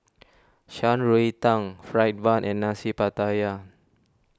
Shan Rui Tang Fried Bun and Nasi Pattaya